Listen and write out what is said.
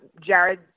Jared